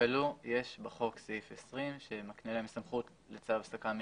בחוק יש את סעיף 20 שמקנה להם סמכות לצו הפסקה מיידי.